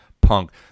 Punk